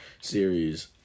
series